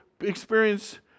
experience